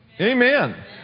Amen